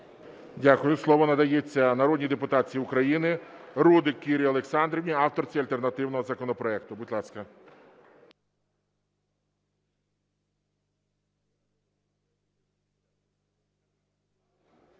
Дякую. Слово надається народній депутатці України Рудик Кірі Олександрівні, авторці альтернативного законопроекту. Будь ласка.